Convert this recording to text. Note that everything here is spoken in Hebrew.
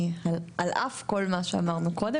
היא על אף כל מה שאמרנו קודם,